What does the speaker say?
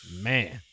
man